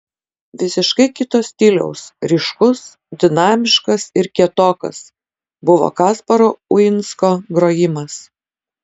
visiškai kito stiliaus ryškus dinamiškas ir kietokas buvo kasparo uinsko grojimas